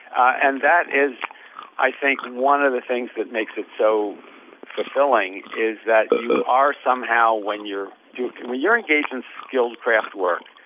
and that is i think one of the things that makes it so fulfilling is that you are somehow when you're you're engaged in skilled craft work,